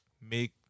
Make